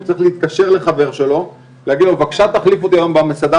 הוא צריך להתקשר לחבר שלו ולבקש ממנו להחליף אותו במסעדה